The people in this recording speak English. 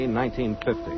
1950